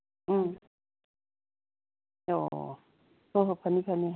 ꯎꯝ ꯑꯣ ꯑꯣ ꯍꯣꯏ ꯍꯣꯏ ꯐꯅꯤ ꯐꯅꯤ